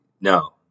no